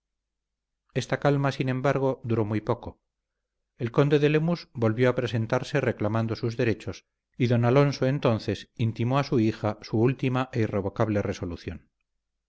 esta calma sin embargo duró muy poco el conde de lemus volvió a presentarse reclamando sus derechos y don alonso entonces intimó a su hija su última e irrevocable resolución